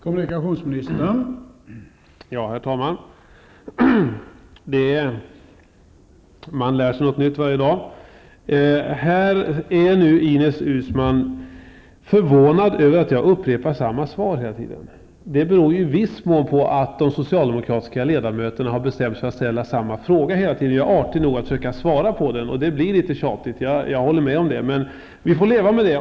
Herr talman! Man lär sig något nytt varje dag. Ines Uusmann är förvånad över att jag upprepar samma svar hela tiden. Det beror i viss mån på att de socialdemokratiska ledamöterna har bestämt sig för att ställa samma fråga hela tiden. Jag är artig nog att försöka svara på frågan. Det blir litet tjatigt. Jag håller med om det. Vi får leva med det.